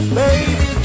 baby